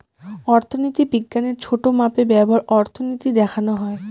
অর্থনীতি বিজ্ঞানের ছোটো মাপে ব্যবহার অর্থনীতি দেখানো হয়